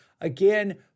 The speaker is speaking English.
again